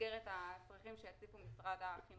במסגרת הצרכים שיציף משרד החינוך.